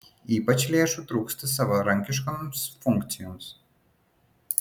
ypač lėšų trūksta savarankiškoms funkcijoms